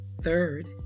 Third